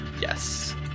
Yes